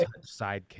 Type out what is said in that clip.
sidekick